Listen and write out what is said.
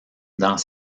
dans